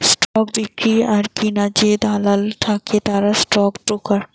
stock বিক্রি আর কিনার যে দালাল থাকে তারা স্টক ব্রোকার